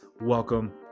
Welcome